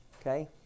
Okay